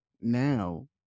now